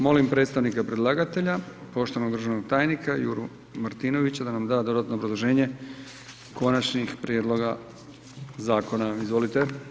Molim predstavnika predlagatelja poštovanog državnog tajnika Juru Martinovića da nam da dodatno obrazloženje konačnih prijedloga zakona, izvolite.